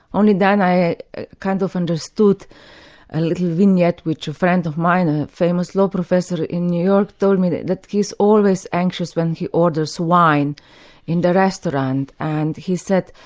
only then i kind of understood a little vignette which a friend of mine, a famous law professor in new york told me that that he's always anxious when he orders wine in the restaurant. and he said,